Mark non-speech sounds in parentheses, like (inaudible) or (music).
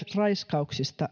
(unintelligible) raiskauksista